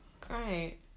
great